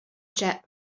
jet